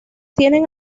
tienen